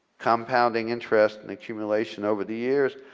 compounding interest and accumulation over the years.